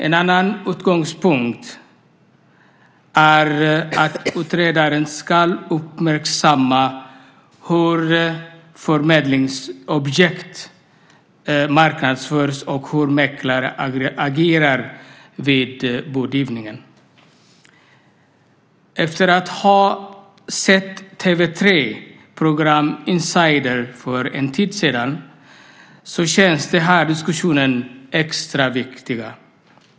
En annan utgångspunkt är att utredaren ska uppmärksamma hur förmedlingsobjekt marknadsförs och hur mäklare agerar vid budgivningen. Efter att ha sett TV 3:s program Insider för en tid sedan känns den här diskussionen extra viktig.